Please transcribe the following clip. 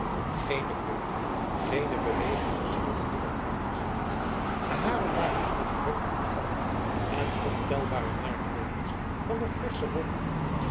geene kleur geene beweging bezielde meer het aangezicht de haren waren aan het hoofd ontvallen en ontelbare merkteekens van nog versche wonden